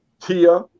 Tia